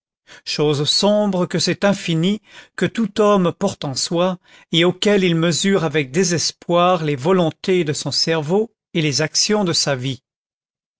chose sombre que cet infini que tout homme porte en soi et auquel il mesure avec désespoir les volontés de son cerveau et les actions de sa vie